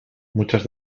muchas